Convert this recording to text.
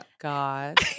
God